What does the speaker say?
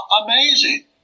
amazing